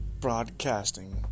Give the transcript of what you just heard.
Broadcasting